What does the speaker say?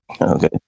Okay